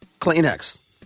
Kleenex